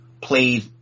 played